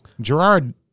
Gerard